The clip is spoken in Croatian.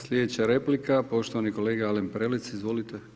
Sljedeća replika poštovani kolega Alen Prelec., Izvolite.